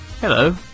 hello